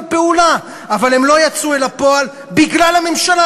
פעולה אבל הם לא יצאו אל הפועל בגלל הממשלה,